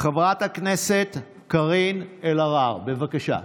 חברת הכנסת קארין אלהרר, בבקשה.